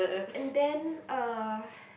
and then uh